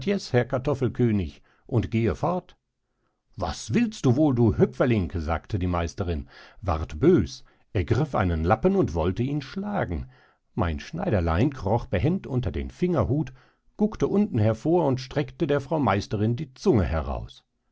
herr kartoffelkönig und gehe fort was willst du wohl du hüpferling sagte die meisterin ward bös ergriff einen lappen und wollte ihn schlagen mein schneiderlein kroch behend unter den fingerhut guckte unten hervor und streckte der frau meisterin die zunge heraus